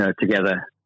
together